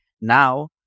Now